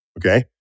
Okay